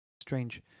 strange